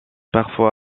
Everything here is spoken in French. parfois